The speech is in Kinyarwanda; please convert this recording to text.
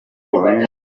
bunini